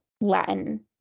Latin